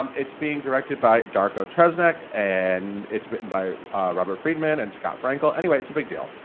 um it's being directed by darko trejsnik and it's written by robert friedman and scott frankel. anyway it's a big deal.